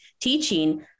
teaching